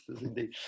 indeed